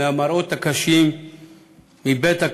מראות קשים מבית-הקברות